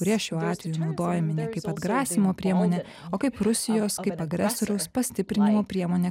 kurie šiuo atveju naudojami ne kaip atgrasymo priemonė o kaip rusijos kaip agresoriaus pastiprinimo priemonė